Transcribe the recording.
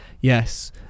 yes